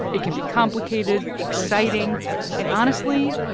it can be complicated, exciting and, honestly,